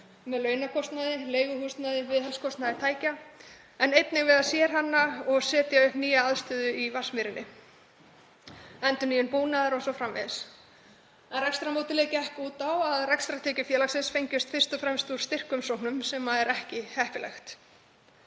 með launakostnaði, leiguhúsnæði og viðhaldskostnaði tækja en einnig við að sérhanna og setja upp nýja aðstöðu í Vatnsmýrinni, endurnýjun búnaðar o.s.frv., en rekstrarmódelið gekk út á að rekstrartekjur félagsins fengjust fyrst og fremst úr styrkumsóknum sem er ekki heppilegt.